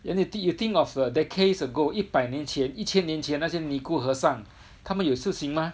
then you think you think of the decades ago 一百年前一千年前那些尼姑和尚他们有事情吗